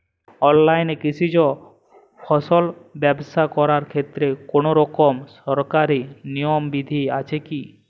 অনলাইনে কৃষিজ ফসল ব্যবসা করার ক্ষেত্রে কোনরকম সরকারি নিয়ম বিধি আছে কি?